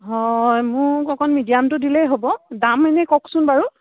হয় মোক অকণ মিডিয়ামটো দিলেই হ'ব দাম এনে কওকচোন বাৰু